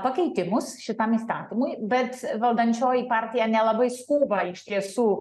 pakeitimus šitam įstatymui bet valdančioji partija nelabai skuba iš tiesų